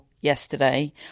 yesterday